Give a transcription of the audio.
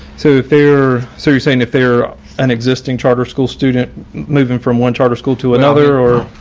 so fair? so you're saying if there an existing charter school student moving from one charter school to another, or?